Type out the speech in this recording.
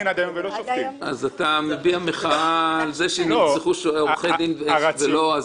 אז אתה מביע מחאה על זה שנרצחו עורכי דין ולא נרצחו שופטים.